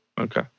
Okay